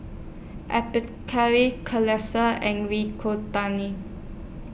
Atopiclair and